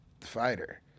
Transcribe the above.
Fighter